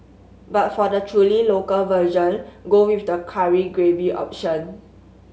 but for the truly local version go with the curry gravy option